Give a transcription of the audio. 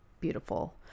beautiful